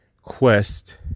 Quest